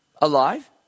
alive